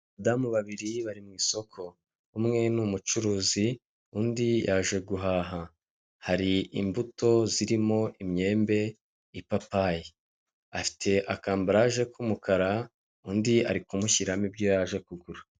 Abadamu babiri bari mu isoko umwe numucuruzi, undi yaje guhaha hari imbuto zirimo imyembe, ipapayi, afite akambararaje k'umukara undi ari kumushyiramo ibyo yaje kugura.